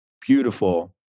beautiful